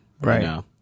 Right